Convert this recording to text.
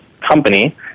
company